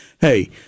hey